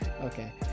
Okay